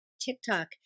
TikTok